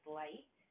light